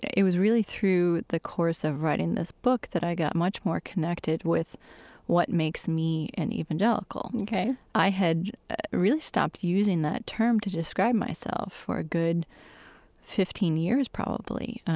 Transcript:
it was really through the course of writing this book that i got much more connected with what makes me an evangelical ok i had really stopped using that term to describe myself for a good fifteen years probably,